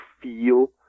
feel